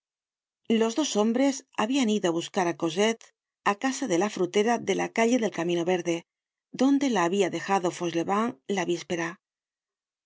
los dos hombres habían ido á buscar á cosette á casa de la frutera de la calle del camino verde donde la habia dejado fauchelevent la víspera